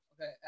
Okay